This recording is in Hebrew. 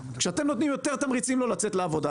כשאתם נותנים יותר תמריצים לא לצאת לעבודה,